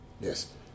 Yes